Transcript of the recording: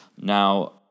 now